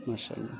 ماشاء اللہ